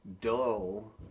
dull